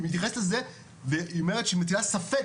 היא מתייחסת לזה והיא אומרת שהיא מטילה ספק,